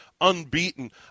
unbeaten